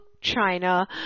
China